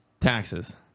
Taxes